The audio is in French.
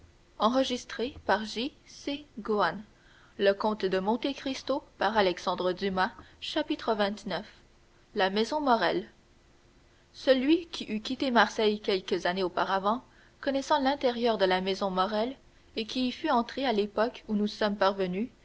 le rebord du casier xxix la maison morrel celui qui eût quitté marseille quelques années auparavant connaissant l'intérieur de la maison morrel et qui y fût entré à l'époque où nous sommes parvenus